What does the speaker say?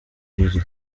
buriri